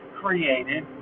created